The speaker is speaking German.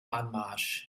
anmarsch